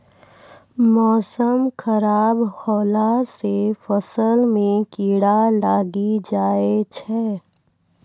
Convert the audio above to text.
मौसम खराब हौला से फ़सल मे कीड़ा लागी जाय छै?